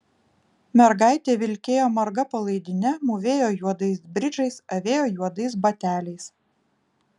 mergaitė vilkėjo marga palaidine mūvėjo juodais bridžais avėjo juodais bateliais